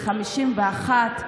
51%,